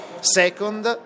Second